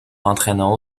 entraînant